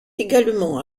également